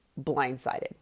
blindsided